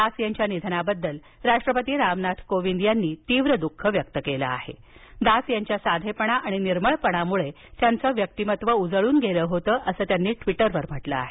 दास यांच्या निधनाबद्दल राष्ट्रपती रामनाथ कोविंद यांनी तीव्र द्ःख व्यक्त केलं असून दास यांच्या साधेपण आणि निर्मळपणामुळे त्यांचे व्यक्तिमत्त्व उजळून गेले होते असं त्यांनी ट्वीटरवर म्हटलं आहे